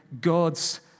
God's